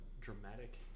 dramatic